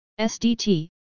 SDT